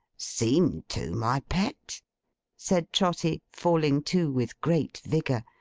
seem to, my pet said trotty, falling to with great vigour.